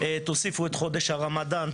תוסיפו את חודש הרמדאן,